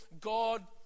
God